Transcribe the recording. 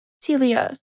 Celia